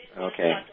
Okay